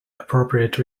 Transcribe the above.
appropriate